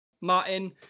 martin